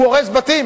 הוא הורס בתים,